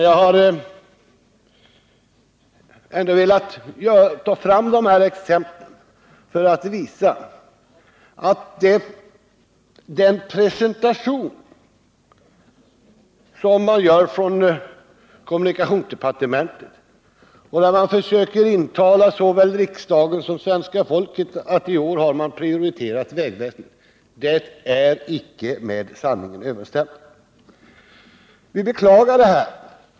Jag har velat ta fram de här exemplen för att visa att kommunikationsdepartementets försök att intala såväl riksdagen som svenska folket att man i år prioriterat vägväsendet icke är med sanningen överensstämmande.